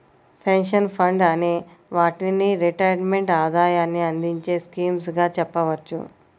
pension funds అనే వాటిని retirement ఆదాయాన్ని అందించే స్కీమ్స్ గా చెప్పవచ్చు